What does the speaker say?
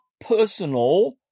personal